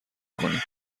کنیم